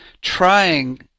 Trying